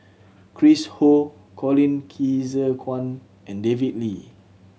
Chris Ho Colin Qi Zhe Quan and David Lee